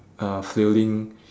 uh flailing